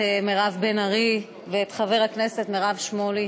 מירב בן ארי ואת חבר הכנסת איציק שמולי